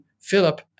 Philip